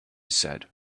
said